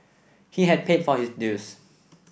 he has paid for his dues